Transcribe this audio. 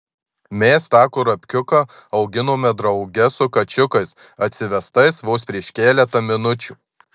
mes tą kurapkiuką auginome drauge su kačiukais atsivestais vos prieš keletą minučių